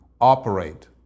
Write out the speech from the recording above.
operate